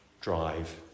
drive